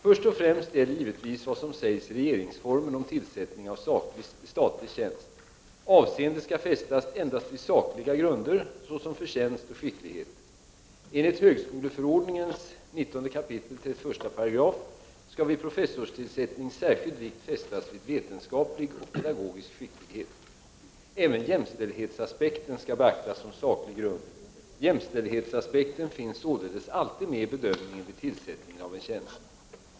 Först och främst gäller givetvis vad som sägs i regeringsformen om tillsättning av statlig tjänst. Avseende skall fästas endast vid sakliga grunder, såsom förtjänst och skicklighet. Enligt högskoleförordningen 19 kap. 31§ skall vid professorstillsättning särskild vikt fästas vid vetenskaplig och pedagogisk skicklighet. Även jämställdhetsaspekten skall beaktas som saklig grund. Jämställd hetsaspekten finns således alltid med i bedömningen vid tillsättningen av en tjänst.